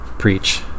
preach